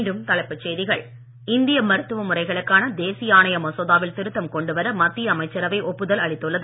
மீண்டும் தலைப்புச் செய்திகள் இந்திய மருத்துவ முறைகளுக்கான தேசிய மசோதாவில் திருத்தம் கொண்டுவர மத்திய அமைச்சரவை ஒப்புதல் அளித்துள்ளது